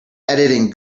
editing